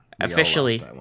officially